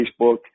Facebook